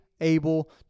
able